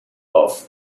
off